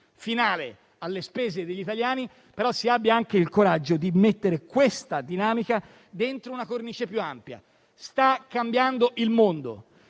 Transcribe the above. finale alle spese degli italiani, però si abbia anche il coraggio di inserire questa dinamica in una cornice più ampia. Sta cambiando il mondo